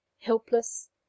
helpless